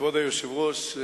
כבוד היושב-ראש,